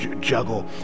juggle